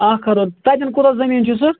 اَکھ کَرور تَتٮ۪ن کوٗتاہ زمیٖن چھُ سُہ